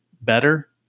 better